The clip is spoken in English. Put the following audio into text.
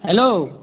hello